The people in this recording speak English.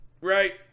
right